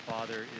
Father